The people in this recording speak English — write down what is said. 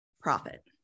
Profit